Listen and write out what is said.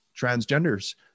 transgenders